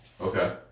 Okay